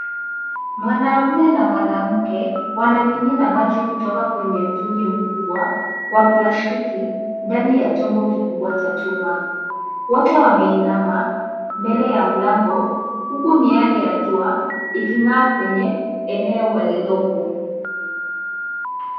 Mwanaume na mwanamke, wanamimina maji kutoka kwenye mtungi mkubwa wa plastiki, ndani ya chombo kikubwa cha chuma. Wote wameinama mbele ya mlango, huku miale ya jua iking'aa kwenye eneo walilopo.